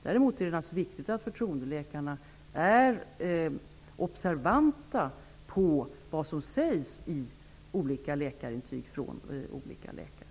Däremot är det naturligtvis viktigt att förtroendeläkarna är observanta på vad som sägs i läkarintyg från olika läkare.